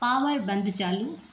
पावरु बंदु चालू